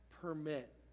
permit